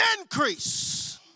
Increase